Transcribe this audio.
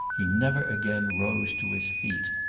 he never again rose to his feet.